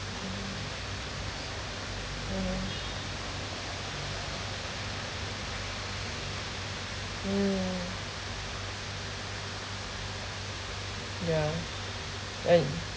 mm yeah yeah yeah eh